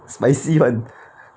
spicy one